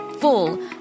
full